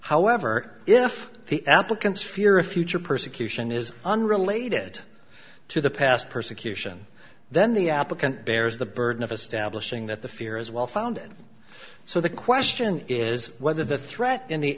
however if the applicant's fear of future persecution is unrelated to the past persecution then the applicant bears the burden of establishing that the fear is well founded so the question is whether the threat in the